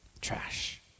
Trash